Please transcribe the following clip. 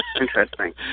interesting